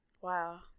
Wow